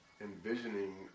envisioning